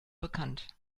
bekannt